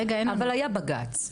אבל היה בג"ץ.